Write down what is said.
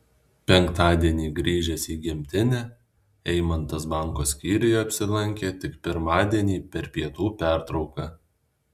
penktadienį grįžęs į gimtinę eimantas banko skyriuje apsilankė tik pirmadienį per pietų pertrauką